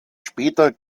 später